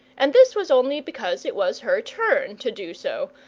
and this was only because it was her turn to do so,